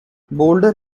boulder